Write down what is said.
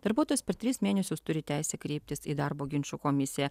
darbuotojas per tris mėnesius turi teisę kreiptis į darbo ginčų komisiją